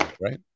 Right